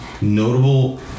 notable